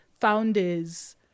founders